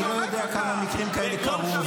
אני לא יודע כמה מקרים כאלה קרו,